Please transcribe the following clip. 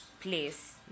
place